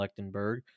Lechtenberg